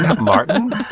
martin